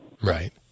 Right